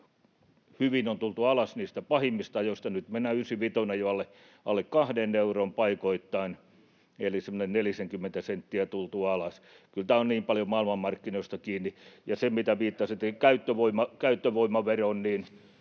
hyvin on tultu alas niistä pahimmista ajoista, nyt mennään ysivitosessa jo alle kahden euron paikoittain, eli semmoinen nelisenkymmentä senttiä on tultu alas. Kyllä tämä on niin paljon maailmanmarkkinoista kiinni. Ja kun viittasitte käyttövoimaveroon,